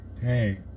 Hey